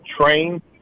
train